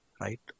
right